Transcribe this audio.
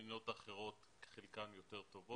במדינות אחרות, חלקן, יותר טובות.